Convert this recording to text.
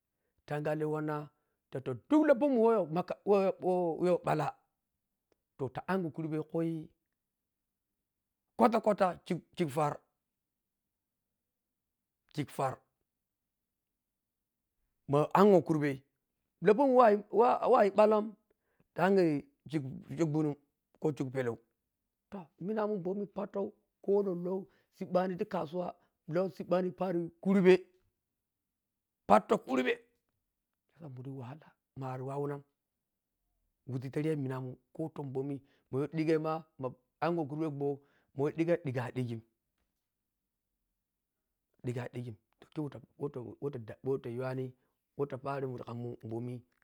Tangele wann ta to duk lahjomin wahyho makawahyo to t akya kurbe khui kwatakwata khikjar. khisef ma akyho kùrbe lahjomin wah wah ayi ƀallam ta ankyi khok-khik gbùnum kho khikpelau to minaman momi patau khonok-loh siƀƀani ti kasuwa lohsiƀƀa parikurbe pantau kùrbe mabudin wahala mari wawenam wùʒi tari yaminamun koton bomi mayho dhigim khewata wata yiwani wata tari wori khamùn bomi